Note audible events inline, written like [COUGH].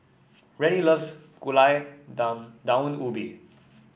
Rennie loves Gulai [UNINTELLIGIBLE] Daun Ubi